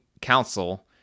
council